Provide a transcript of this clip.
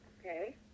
Okay